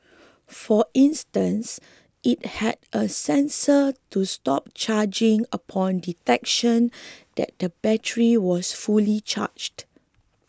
for instance it had a sensor to stop charging upon detection that the battery was fully charged